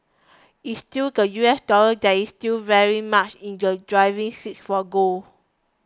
it's still the U S dollar that is still very much in the driving seats for gold